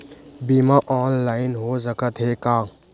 बीमा ऑनलाइन हो सकत हे का?